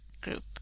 group